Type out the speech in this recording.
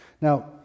Now